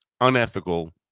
unethical